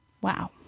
Wow